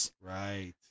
Right